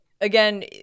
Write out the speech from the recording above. Again